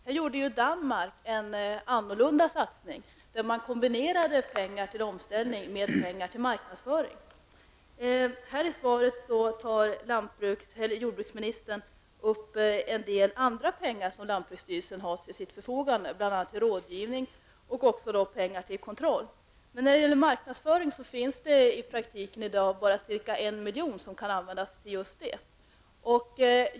Här gjorde Danmark en annorlunda satsning, där man kombinerade pengar till omställning med pengar till marknadsföring. I svaret nämner jordbruksministern en del andra medel som lantbruksstyrelsen har till sitt förfogande, bl.a. för rådgivning och även pengar till kontroll. Men till marknadsföring finns det i dag i praktiken bara ca 1 miljon som kan användas.